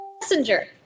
Messenger